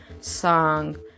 song